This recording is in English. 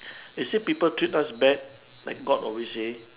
is it people treat us bad like god always say